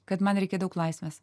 kad man reikia daug laisvės